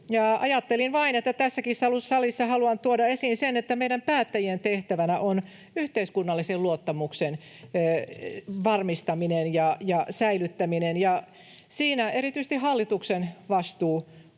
Ajattelin vain, että tässäkin salissa haluan tuoda esiin sen, että meidän päättäjien tehtävänä on yhteiskunnallisen luottamuksen varmistaminen ja säilyttäminen. Siinä erityisesti hallituksen vastuu